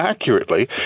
accurately